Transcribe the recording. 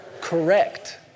Correct